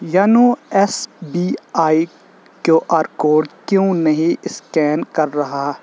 YONO S B I Q R code کیوں نہیں scan کر رہا